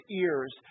ears